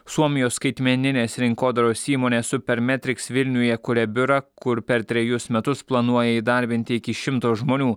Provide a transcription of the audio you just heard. suomijos skaitmeninės rinkodaros įmonė supermetriks vilniuje kuria biurą kur per trejus metus planuoja įdarbinti iki šimto žmonių